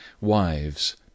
Wives